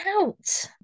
out